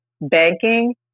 banking